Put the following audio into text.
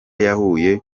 yahuye